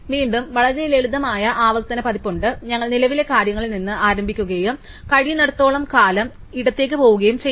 വീണ്ടും വളരെ ലളിതമായ ആവർത്തന പതിപ്പ് ഉണ്ട് ഞങ്ങൾ നിലവിലെ കാര്യങ്ങളിൽ നിന്ന് ആരംഭിക്കുകയും കഴിയുന്നിടത്തോളം കാലം ഇടത്തേക്ക് പോകുകയും ചെയ്യുന്നു